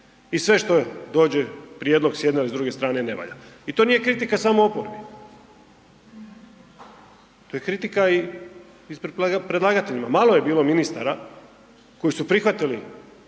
I sve što dođe, prijedlog, s jedne ili druge strane ne valja. I to nije kritika samo oporbi, to je kritika i ispred predlagatelja. Malo je bilo ministara koji su prihvatili